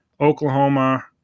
Oklahoma